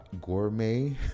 gourmet